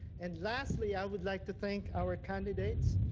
and lastly, i would like to thank our candidates.